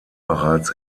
bereits